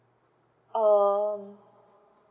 um